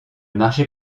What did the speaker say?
marché